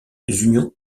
unions